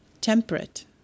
temperate